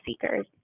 seekers